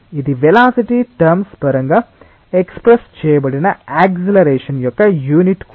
ఇది velocity terms పరంగా express చేయబడిన యాక్సిలరెషన్ యొక్క యూనిట్ కూడా